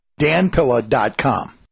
danpilla.com